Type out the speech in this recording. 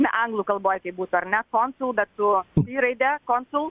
ne anglų kalboj tai būtų ar ne konsul bet su sy raide konsul